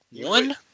One